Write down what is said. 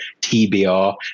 TBR